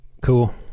cool